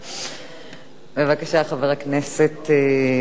חברי חברי הכנסת, מכובדי השר, ברשותך,